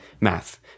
math